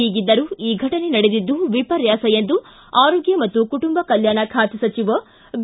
ಹೀಗಿದ್ದರೂ ಈ ಘಟನೆ ನಡೆದಿದ್ದು ವಿಪರ್ಯಾಸ ಎಂದು ಆರೋಗ್ಯ ಮತ್ತು ಕುಟುಂಬ ಕಲ್ಯಾಣ ಖಾತೆ ಸಚಿವ ಬಿ